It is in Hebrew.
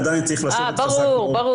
עדיין צריך לשבת על הנושא הזה.